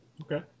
Okay